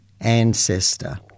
ancestor